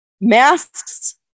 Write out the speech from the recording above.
masks